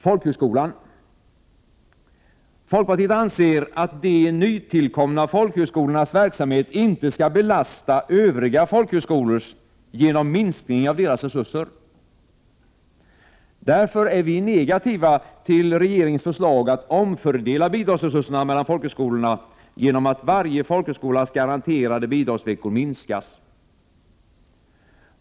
Folkpartiet anser att de nytillkomna folkhögskolornas verksamhet inte skall belasta övriga folkhögskolors verksamhet genom minskning av deras resurser. Därför är vi negativa till regeringens förslag att omfördela bidragsresurserna mellan folkhögskolorna genom att varje folkhögskolas garanterade bidragsveckor minskas.